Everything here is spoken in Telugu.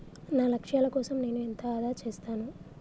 నా లక్ష్యాల కోసం నేను ఎంత ఆదా చేస్తాను?